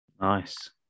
nice